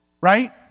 right